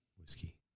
Whiskey